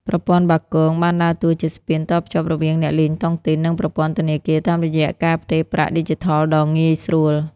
ប្រព័ន្ធបាគង បានដើរតួជាស្ពានតភ្ជាប់រវាងអ្នកលេងតុងទីន និងប្រព័ន្ធធនាគារ តាមរយៈការផ្ទេរប្រាក់ឌីជីថលដ៏ងាយស្រួល។